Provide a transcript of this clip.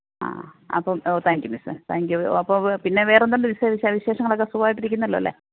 ആ അപ്പം ഓ താങ്ക്യൂ മിസ്സേ താങ്ക്യൂ അപ്പം പിന്നെ വേറെ എന്തുണ്ട് വിശേഷ വിശേഷങ്ങളൊക്കെ സുഖമായിട്ടിരിക്കുന്നല്ലോ അല്ലേ